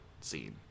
scene